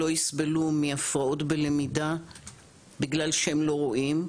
לא יסבלו מהפרעות בלמידה בגלל שהם לא רואים,